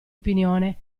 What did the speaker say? opinione